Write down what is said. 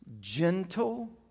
gentle